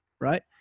right